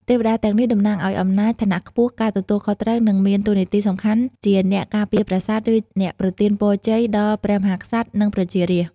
ទេវតាទាំងនេះតំណាងឲ្យអំណាច ឋានៈខ្ពស់ ការទទួលខុសត្រូវ និងមានតួនាទីសំខាន់ជាអ្នកការពារប្រាសាទ ឬ អ្នកប្រទានពរជ័យ ដល់ព្រះមហាក្សត្រ និងប្រជារាស្ត្រ។